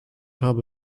habe